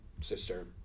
sister